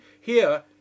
Here